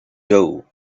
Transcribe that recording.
doe